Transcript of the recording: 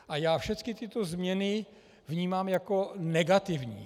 A já všechny tyto změny vnímám jako negativní.